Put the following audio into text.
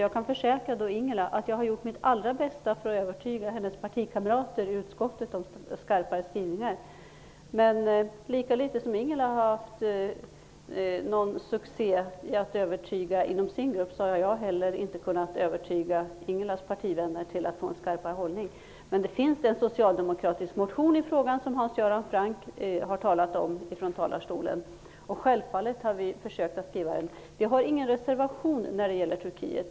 Jag kan försäkra Ingela Mårtensson att jag har gjort mitt allra bästa för att övertyga hennes partikamrater i utskottet om skarpare skrivningar. Men lika lite som Ingela Mårtensson har nått succé när det gäller att övertyga inom sin grupp har jag kunnat övertyga hennes partivänner att inta en skarpare hållning. Det finns en socialdemokratisk motion i frågan som Hans Göran Franck har talat om från talarstolen. Vi har ingen reservation när det gäller Turkiet.